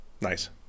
Nice